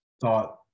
thought